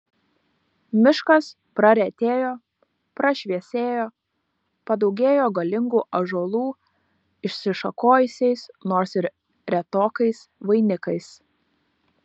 miškas praretėjo prašviesėjo padaugėjo galingų ąžuolų išsišakojusiais nors ir retokais vainikais